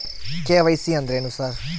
KYC ಅಂದ್ರೇನು sir?